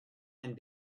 and